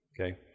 Okay